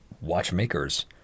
watchmakers